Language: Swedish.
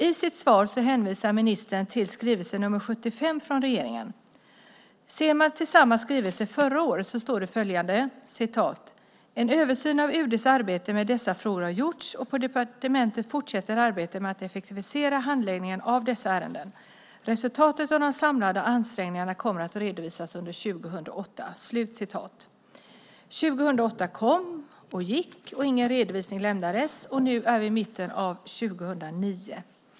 I sitt svar hänvisar ministern till skrivelse nr 75 från regeringen. Ser man till samma skrivelse förra året står det följande: "En översyn av UD:s arbete med dessa frågor har gjorts, och på departementet fortsätter arbetet med att effektivisera handläggningen av dessa ärenden. Resultatet av de samlade ansträngningarna kommer att redovisas under 2008." År 2008 kom och gick, och ingen redovisning lämnades. Nu är vi i mitten av 2009.